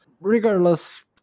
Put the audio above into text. Regardless